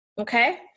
Okay